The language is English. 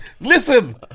Listen